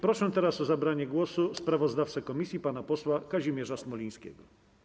Proszę teraz o zabranie głosu sprawozdawcę komisji pana posła Kazimierza Smolińskiego.